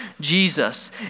Jesus